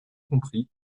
compris